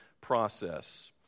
process